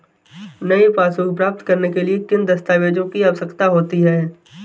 नई पासबुक प्राप्त करने के लिए किन दस्तावेज़ों की आवश्यकता होती है?